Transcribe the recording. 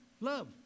Love